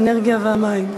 האנרגיה והמים.